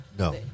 No